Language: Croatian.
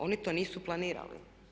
Oni to nisu planirali.